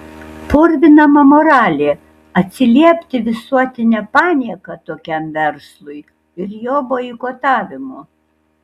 purvinama moralė atsiliepti visuotine panieka tokiam verslui ir jo boikotavimu